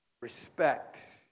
respect